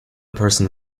person